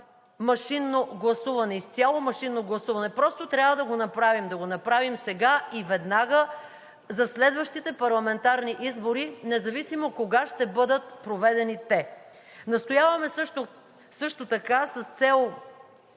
машинно гласуване. Просто трябва да го направим сега и веднага за следващите парламентарни избори, независимо кога ще бъдат проведени те. Настояваме също така, с цел